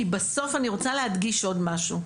כי בסוף אני רוצה להדגיש עוד משהו,